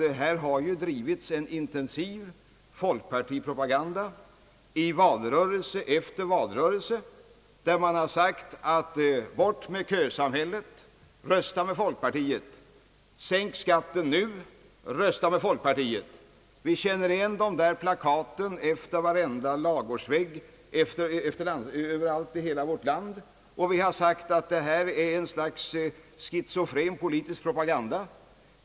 Det har ju drivits en intensiv folkpartipropaganda i valrörelse efter valrörelse där man har sagt: Bort med kösamhället, rösta med folkpartiet, sänk skatten nu, rösta med folkpartiet! Vi känner igen de där plakaten på varenda ladugårdsvägg Ööverallt i hela vårt land, och vi har sagt att detta är en sorts schizofren politisk propaganda.